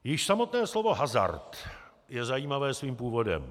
Již samotné slovo hazard je zajímavé svým původem.